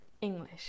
English